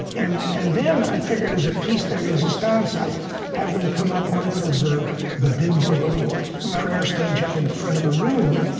and and then i figured as a piece de resistance i'd have them come onto the the bima, or the little prayer stage up in front of the room,